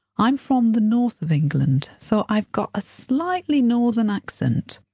i'm from the north of england, so i've got a slightly northern accent.